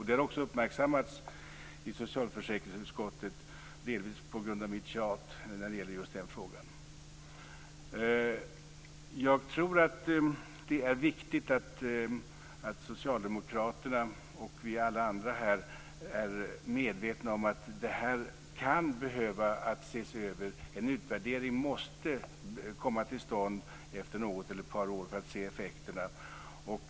Det har också uppmärksammats i socialförsäkringsutskottet, delvis på grund av mitt tjat när det gäller just den frågan. Jag tror att det är viktigt att socialdemokraterna och vi alla andra är medvetna om att det kan behöva ses över. En utvärdering måste komma till stånd efter något eller ett par år, så att vi kan se effekterna.